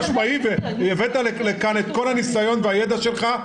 חד-משמעית והבאת לכאן את כל הניסיון והידע שלך,